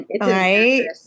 right